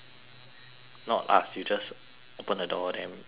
not ask you just open the door then put your head out